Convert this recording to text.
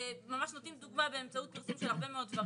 ממש נותנים דוגמה באמצעות פרסום של הרבה מאוד דברים,